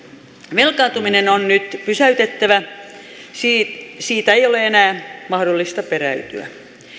velkaantuminen on nyt pysäytettävä siitä ei ole enää mahdollista peräytyä